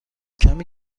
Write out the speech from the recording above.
کمی